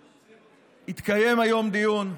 התקיים היום דיון,